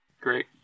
Great